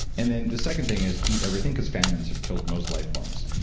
and then the second thing is eat everything because famines have killed most life forms.